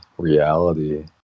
Reality